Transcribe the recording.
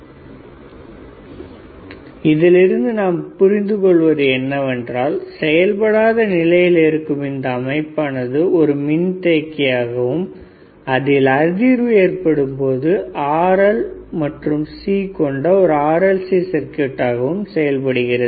fr12LCQ21Q2 கிரிஸ்டலின் quality factor QLR இதிலிருந்து நாம் புரிந்து கொள்வது என்னவென்றால் செயல்படாத நிலையில் இருக்கும் இந்த அமைப்பானது ஒரு மின்தேக்கியாகவும் அதில் அதிர்வு ஏற்படும் பொழுது R L மற்றும் C கொண்ட ஓர் RLC சர்க்யூட் ஆகவும் செயல்படுகிறது